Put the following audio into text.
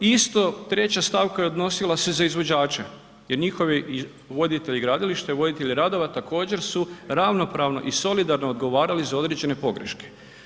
Isto, 3. stavka je odnosila se za izvođače jer njihovi voditelji gradilišta i voditelja radova, također su ravnopravno i solidarno odgovarali za određene pogreške.